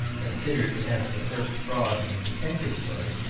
considered as the first fraud in a detective story,